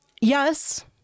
yes